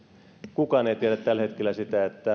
kukaan ei tiedä tällä hetkellä sitä